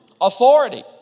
authority